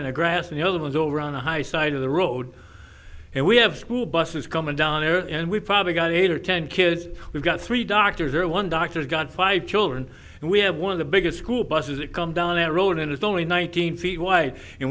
in the grass and the other was over on the high side of the road and we have school buses coming down there and we've probably got eight or ten kids we've got three doctors or one doctor got five children and we have one of the biggest school buses to come down that road and it's only one hundred feet wide and